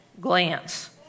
glance